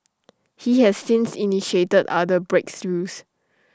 he has since initiated other breakthroughs